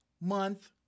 month